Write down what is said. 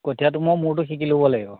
কঠিয়াটো মই মোৰটো শিকি ল'ব লাগিব